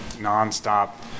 non-stop